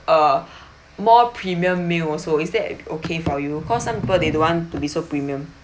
a more premium meal also is that okay for you cause some people they don't want to be so premium